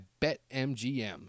BetMGM